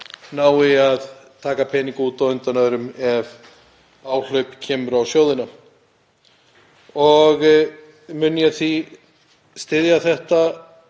nái að taka peninga út á undan öðrum ef áhlaup kemur á sjóðina. Ég mun því styðja þessa